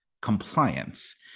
compliance